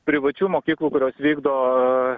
privačių mokyklų kurios vykdo